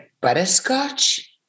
butterscotch